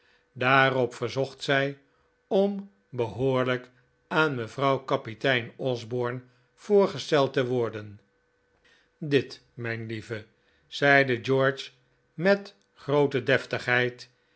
daarop verzocht zij om behoorlijk aan mevrouw kapitein osborne voorgesteld te worden dit mijn lieve zeide george met groote